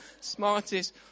smartest